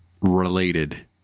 related